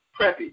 Preppy